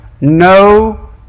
no